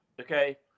okay